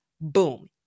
Boom